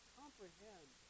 comprehend